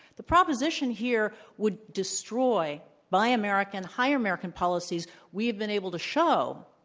the proposition here would destroy buy american hire american policies we have been able to show,